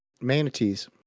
Manatees